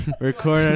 record